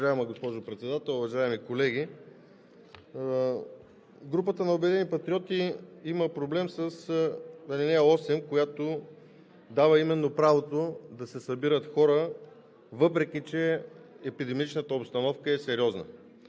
Уважаема госпожо Председател, уважаеми колеги! Групата на „Обединени патриоти“ има проблем с ал. 8, която дава именно правото да се събират хора, въпреки че епидемичната обстановка е сериозна.